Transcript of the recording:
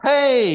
Hey